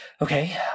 Okay